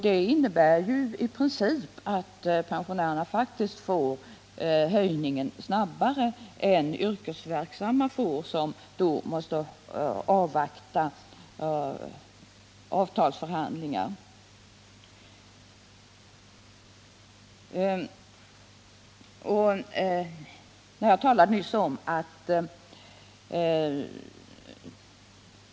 Det innebär i princip att pensionerna höjs snabbare än lönerna — de yrkesverksamma måste avvakta avtalsförhandlingar.